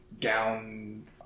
gown